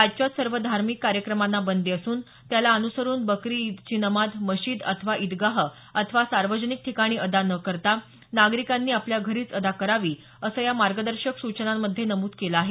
राज्यात सर्व धार्मिक कार्यक्रमांना बंदी असून त्याला अनुसरून बकरी ईदची नमाज मशिद अथवा ईदगाह अथवा सार्वजनिक ठिकाणी अदा न करता नागरिकांनी आपल्या घरीच अदा करावी असं या मार्गदर्शक सूचनांमध्ये नमूद केलं आहे